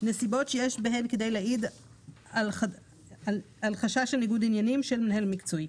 נסיבות שיש בהן להעיד על חשש לניגוד עניינים של מנהל מקצועי